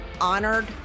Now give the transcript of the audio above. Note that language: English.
honored